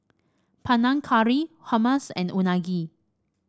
Panang Curry Hummus and Unagi